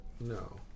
no